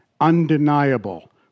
Undeniable